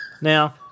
Now